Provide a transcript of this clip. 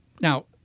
Now